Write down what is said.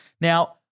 Now